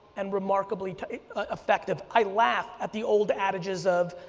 and remarkably effective. i laugh at the old adages of,